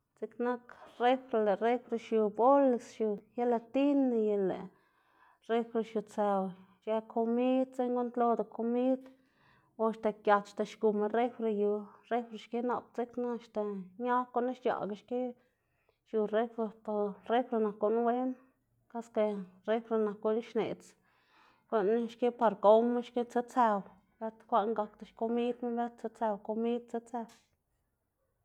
Dziꞌk nak lëꞌ refri xiu bolis xiu gelatina y lëꞌ refri xiutsëw ic̲h̲ë komid, dzekna guꞌnntloda komid o axta giat axta xgunma refri yu refri xki nap dzekna axta ñag gunu x̱chaꞌga xki xiu refri, por refri nak guꞌn wen kase refri nak guꞌn xneꞌdz guꞌn xki par gowma xki tsutsëw, bëtkwaꞌn gakda xkomidma bët tsutsëw komid tsutsëw.